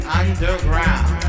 underground